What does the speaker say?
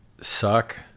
suck